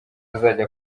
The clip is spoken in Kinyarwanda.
azajya